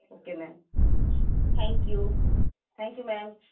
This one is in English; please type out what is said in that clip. okay ma'am thank you thank you ma'am